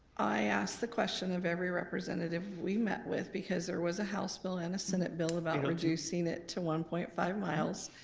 i asked the question of every representative we met with because there was a house bill and a senate bill about reducing it to one point five miles.